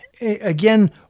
again